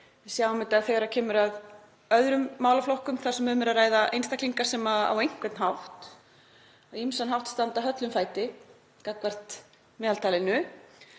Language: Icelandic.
við sjáum þetta þegar kemur að öðrum málaflokkum þar sem um er að ræða einstaklinga sem á einhvern hátt standa höllum fæti gagnvart meðaltalinu,